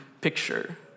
picture